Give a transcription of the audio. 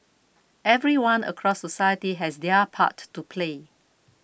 everyone across society has their part to play